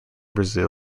brazil